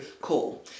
call